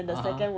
(uh huh)